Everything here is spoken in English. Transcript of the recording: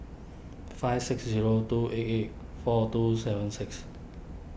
five six zero two eight eight four two seven six